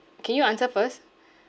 can you answer first